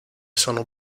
sono